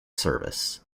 service